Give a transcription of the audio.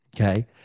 okay